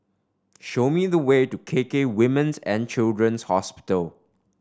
show me the way to K K Women's And Children's Hospital